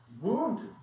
Wounded